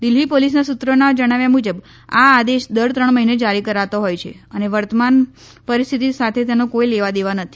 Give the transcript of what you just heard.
દિલ્હી પોલીસના સુત્રોના જણાવ્યા મુજબ આ આદેશ દર ત્રણ મહિને જારી કરાતો હોય છે અને વર્તમાન પરીસ્થિતિ સાથે તેને કાઇ લેવા દેવા નથી